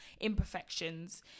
imperfections